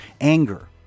anger